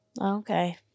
Okay